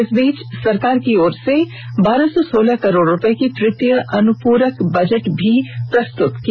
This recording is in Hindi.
इस बीच सरकार की ओर से बारह सौ सोलह करोड़ रूपये का तृतीय अनुपूरक बजट भी प्रस्तुत किया